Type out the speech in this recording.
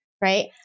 right